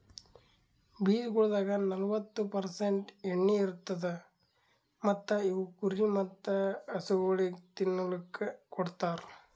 ಬೀಜಗೊಳ್ದಾಗ್ ನಲ್ವತ್ತು ಪರ್ಸೆಂಟ್ ಎಣ್ಣಿ ಇರತ್ತುದ್ ಮತ್ತ ಇವು ಕುರಿ ಮತ್ತ ಹಸುಗೊಳಿಗ್ ತಿನ್ನಲುಕ್ ಕೊಡ್ತಾರ್